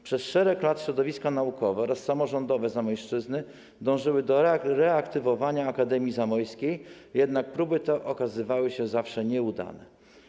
Przez wiele lat środowiska naukowe oraz samorządowe Zamojszczyzny dążyły do reaktywowania Akademii Zamojskiej, jednak próby te okazywały się zawsze nieudane.